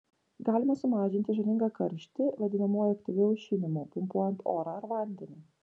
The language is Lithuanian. galima sumažinti žalingą karštį vadinamuoju aktyviu aušinimu pumpuojant orą ar vandenį